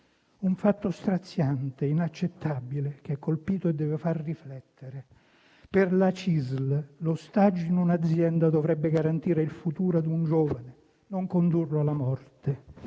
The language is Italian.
Un fatto straziante, inaccettabile, che ha colpito e deve far riflettere. Per la CISL, lo *stage* in un'azienda dovrebbe garantire il futuro ad un giovane, non condurlo alla morte.